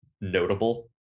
notable